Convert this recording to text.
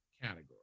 Category